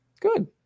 Good